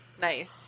Nice